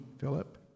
Philip